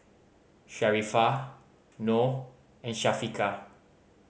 Sharifah Noh and Syafiqah